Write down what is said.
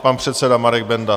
Pan předseda Marek Benda.